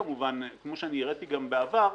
כמו שהראיתי בעבר,